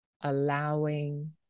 Allowing